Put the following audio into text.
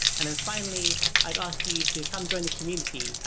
and then finally, i'd ask you to come join the community.